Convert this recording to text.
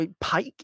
Pike